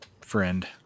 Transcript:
friend